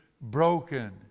broken